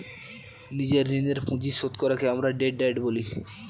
নিজের ঋণের পুঁজি শোধ করাকে আমরা ডেট ডায়েট বলি